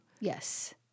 yes